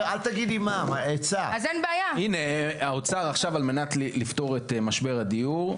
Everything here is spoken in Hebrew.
האוצר עכשיו על מנת לפתור את משבר הדיור,